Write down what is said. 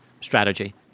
strategy